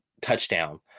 touchdown